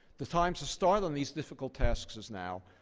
the time to start on these difficult tasks is now,